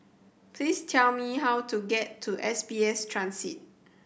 please tell me how to get to S B S Transit